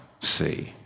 see